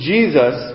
Jesus